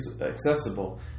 accessible